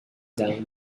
down